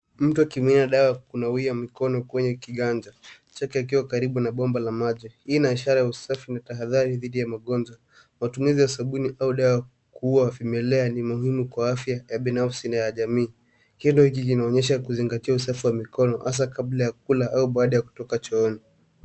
Mkono kimeelekezwa kuelekea kwenye kiganja, karibu na bomba la maji. Hii ni ishara ya usafi na tahadhari dhidi ya maambukizi. Matumizi ya sabuni au maji kwa kunawa mikono ni muhimu kwa afya binafsi na ustawi wa jamii. Kielelezo hiki kinaonyesha kuzingatia usafi wa mikono hasa kabla ya kula au baada ya kutoka chooni.